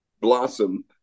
blossom